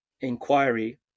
inquiry